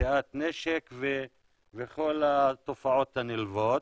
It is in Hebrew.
נשיאת נשק וכל התופעות הנלוות.